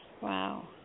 Wow